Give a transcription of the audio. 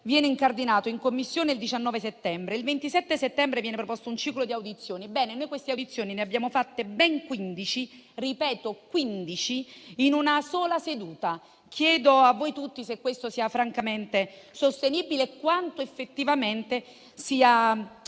stato incardinato in Commissione il 19 settembre. Il 27 settembre è stato proposto un ciclo di audizioni: ebbene, ne abbiamo fatte ben 15 in una sola seduta. Chiedo a voi tutti se questo sia francamente sostenibile e quanto effettivamente sia